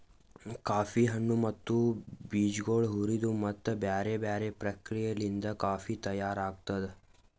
coffee ಹಣ್ಣು ಮತ್ತ ಬೀಜಗೊಳ್ ಹುರಿದು ಮತ್ತ ಬ್ಯಾರೆ ಬ್ಯಾರೆ ಪ್ರಕ್ರಿಯೆಲಿಂತ್ ಕಾಫಿ ತೈಯಾರ್ ಆತ್ತುದ್